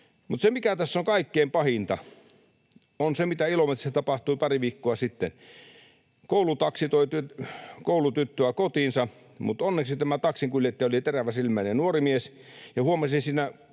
tullut. Se, mikä tässä on kaikkein pahinta, on se, mitä Ilomantsissa tapahtui pari viikkoa sitten. Koulutaksi toi koulutyttöä kotiinsa, mutta onneksi tämä taksinkuljettaja oli teräväsilmäinen nuori mies